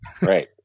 Right